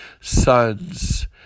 sons